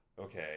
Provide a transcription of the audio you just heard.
okay